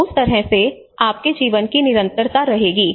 तो उस तरह से आपके जीवन की निरंतरता रहेगी